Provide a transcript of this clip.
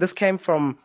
this came from